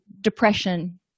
depression